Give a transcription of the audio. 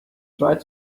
tried